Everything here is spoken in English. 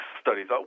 studies